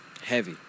Heavy